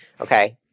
Okay